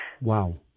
Wow